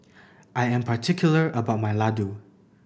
I am particular about my Ladoo